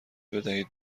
بدهید